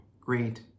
great